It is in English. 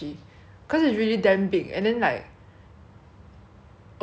okay it's big but there's no~ not much inside also cause I think is new